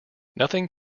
nothing